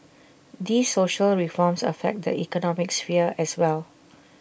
these social reforms affect the economic sphere as well